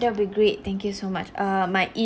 that'll be great thank you so much err my e~